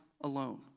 alone